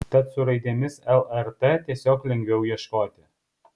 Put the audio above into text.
tad su raidėmis lrt tiesiog lengviau ieškoti